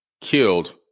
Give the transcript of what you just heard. killed